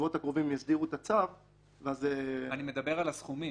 בשבועות הקרובים הם יסדירו את הצו ואז --- אני מדבר על הסכומים.